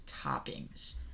toppings